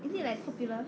is it like popular